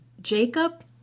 Jacob